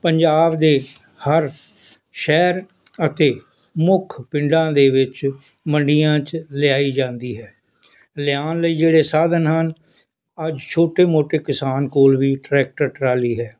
ਪੰਜਾਬ ਦੇ ਹਰ ਸ਼ਹਿਰ ਅਤੇ ਮੁੱਖ ਪਿੰਡਾਂ ਦੇ ਵਿੱਚ ਮੰਡੀਆਂ 'ਚ ਲਿਆਈ ਜਾਂਦੀ ਹੈ ਲਿਆਉਣ ਲਈ ਜਿਹੜੇ ਸਾਧਨ ਹਨ ਅੱਜ ਛੋਟੇ ਮੋਟੇ ਕਿਸਾਨ ਕੋਲ ਵੀ ਟਰੈਕਟਰ ਟਰਾਲੀ ਹੈ